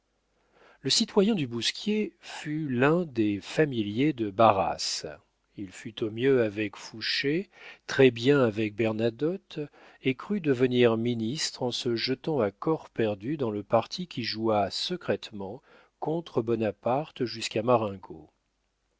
le citoyen du bousquier fut l'un des familiers de barras il fut au mieux avec fouché très-bien avec bernadotte et crut devenir ministre en se jetant à corps perdu dans le parti qui joua secrètement contre bonaparte jusqu'à